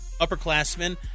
upperclassmen